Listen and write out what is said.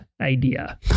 idea